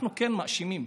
אנחנו, כן, מאשימים.